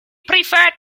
preferred